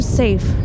safe